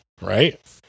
right